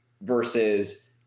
versus